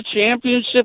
championship